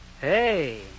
Hey